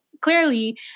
clearly